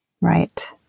Right